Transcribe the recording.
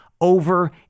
over